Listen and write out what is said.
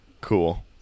Cool